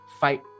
fight